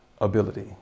ability